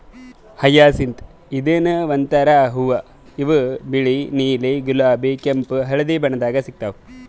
hyacinth ಇದೂನು ಒಂದ್ ಥರದ್ ಹೂವಾ ಇವು ಬಿಳಿ ನೀಲಿ ಗುಲಾಬಿ ಕೆಂಪ್ ಹಳ್ದಿ ಬಣ್ಣದಾಗ್ ಸಿಗ್ತಾವ್